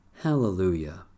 Hallelujah